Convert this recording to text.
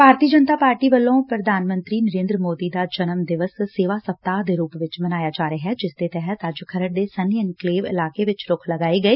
ਭਾਰਤੀ Janata party ਵੱਲੋਂ ਪ੍ਧਾਨ ਮੰਤਰੀ ਨਰਿੰਦਰ ਮੋਦੀ ਦਾ ਜਨਮ ਦਿਵਸ ਸੇਵਾ ਸਪਤਾਹ ਦੇ ਰੁਪ ਵਿੱਚ ਮਨਾਇਆ ਜਾ ਰਿਹੈ ਜਿਸ ਦੇ ਤਹਿਤ ਅੱਜ ਖਰੜ ਦੇ ਸੰਨੀ ਐਨਕਲੇਵ ਇਲਾਕੇ ਵਿਚ ਰੁੱਖ ਲਗਾਏ ਗਏ